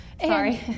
sorry